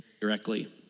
directly